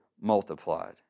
multiplied